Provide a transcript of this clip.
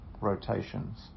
rotations